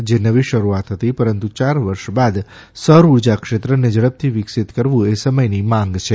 તે નવી શરૂઆત હતી પરંતુ ચાર વર્ષ બાદ સૌર ઉર્જા ક્ષેત્રને ઝડપથી વિકસીત કરવુ એ સમયની માંગ છે